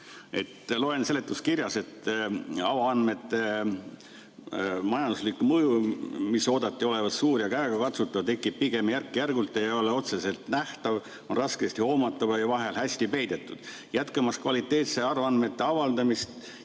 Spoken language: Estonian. Loen seletuskirjast: "Avaandmete majanduslik mõju, mis oodati olevat suur ja käegakatsutav, tekib pigem järk-järgult ja ei ole otseselt nähtav, on raskesti hoomatav ja vahel hästi peidetud. Jätkamaks kvaliteetsete avaandmete avaldamist